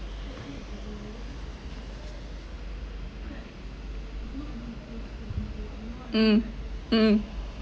mm mm